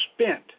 spent